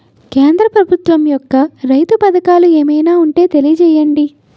కేంద్ర ప్రభుత్వం యెక్క రైతు పథకాలు ఏమైనా ఉంటే తెలియజేయండి?